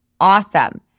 awesome